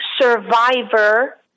Survivor